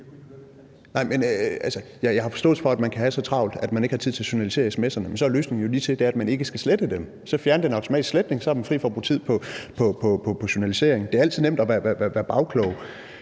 Jeg har forståelse for, at man kan have så travlt, at man ikke har tid til at journalisere sms'erne, men så er løsningen jo ligetil, nemlig at man ikke skal slette dem. Man kan fjerne den automatiske sletning, og så er man fri for at bruge tid på journalisering. Det er altid nemt at være bagklog,